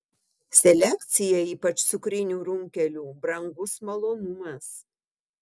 selekcija ypač cukrinių runkelių brangus malonumas